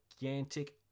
gigantic